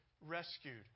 rescued